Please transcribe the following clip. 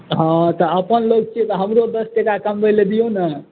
हँ तऽ अपन लोक छियै तऽ हमरो दस टाका कमबै लेल दियौ ने